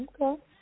Okay